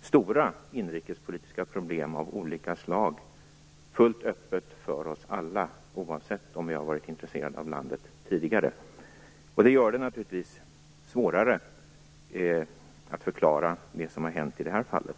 stora inrikespolitiska problem av olika slag fullt öppet för oss alla, oavsett om vi har varit intresserade av landet tidigare. Det gör det naturligtvis svårare att förklara det som har hänt i detta fall.